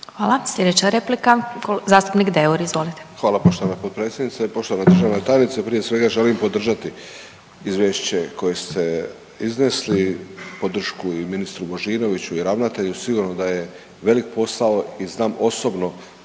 Hvala. Sljedeća replika zastupnik Deur, izvolite. **Deur, Ante (HDZ)** Hvala poštovana potpredsjednice. Poštovana državna tajnice. Prije svega želim podržati izvješće koje ste iznesli, podršku i ministru Božinoviću i ravnatelju sigurno da je velik posao i znam osobno